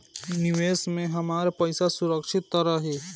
निवेश में हमार पईसा सुरक्षित त रही?